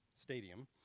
Stadium